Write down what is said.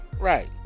Right